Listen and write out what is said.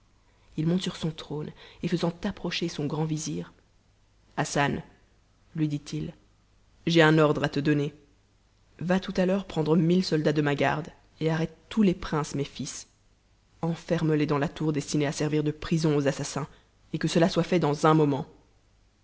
il monte sur son trône et faisant approcher son grand vizir et hassan lui dit h at un ordre à te donner va tout à l'heure prendre mille soldats de ma garde et arrête tous les princes mes fils enferme les dans la tour destinée à servir de prison aux assassins et que cela soit iait dans un memebt